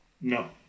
No